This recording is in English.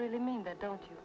really mean that don't you